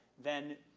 then